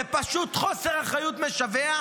זה פשוט חוסר אחריות משווע,